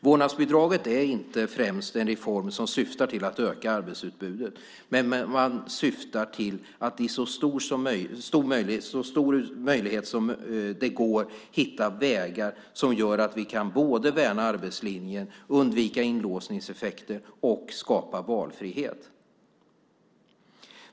Vårdnadsbidraget är inte främst en reform som syftar till att öka arbetsutbudet utan syftar till att i så stor utsträckning som möjligt hitta vägar som gör att vi kan både värna arbetslinjen, undvika inlåsningseffekter och skapa valfrihet.